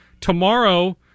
tomorrow